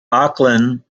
auckland